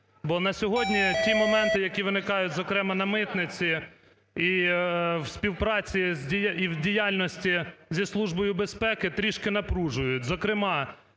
бо на сьогодні ті моменти, які виникають, зокрема, на митниці і в співпраці… і в діяльності зі Службою безпеки, трішки напружують.